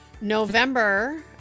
november